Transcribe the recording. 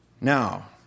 Now